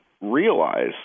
realize